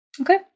Okay